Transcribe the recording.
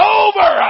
over